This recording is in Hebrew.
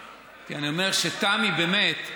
תמי, באמת,